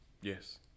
Yes